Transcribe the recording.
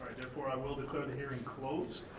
therefore i will declare the hearing closed.